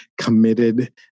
committed